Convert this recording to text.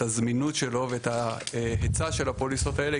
הזמינות שלו ואת ההיצע של הפוליסות האלה,